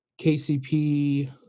KCP